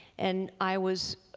and i was